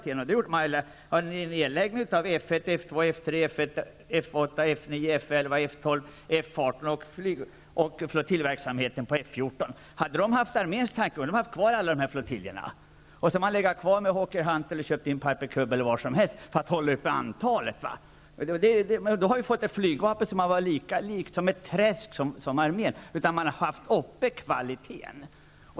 Ett led i detta var nedläggningen av F 1, F 2, F 3, F 8, F 9, F 11, F 12, F 18 och flottiljverksamheten på F 14. Hade man resonerat på samma sätt som i fråga om armén hade man haft alla dessa flottiljer kvar. Då hade man haft kvar sina Hawker Hunter eller köpt in Piper Cub för att hålla antalet uppe. Då hade vi haft ett flygvapen som, liksom armén, varit ett träsk. I stället har man hållit fast vid kvaliteten.